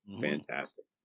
Fantastic